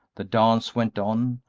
the dance went on,